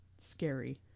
scary